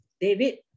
David